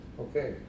Okay